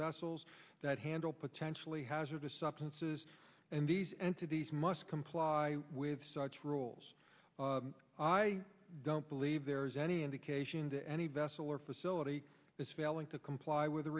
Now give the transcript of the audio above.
vessels that handle potentially hazardous substances and these entities must comply with such rules i don't believe there is any indication that any vessel or facility is failing to comply with the